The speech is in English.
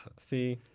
see?